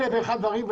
אלף ואחד דברים,